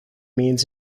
means